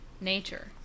nature